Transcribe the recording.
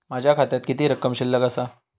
माझ्या खात्यात किती रक्कम शिल्लक आसा?